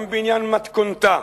גם בעניין מתכונתה,